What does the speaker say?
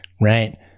Right